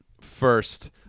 first